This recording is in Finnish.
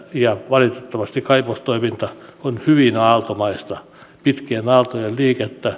ja valitettavasti kaivostoiminta on hyvin aaltomaista pitkien aaltojen liikettä